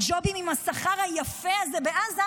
את הג'ובים עם השכר היפה הזה בעזה,